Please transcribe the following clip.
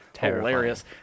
hilarious